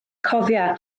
cofia